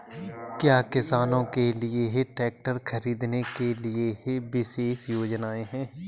क्या किसानों के लिए ट्रैक्टर खरीदने के लिए विशेष योजनाएं हैं?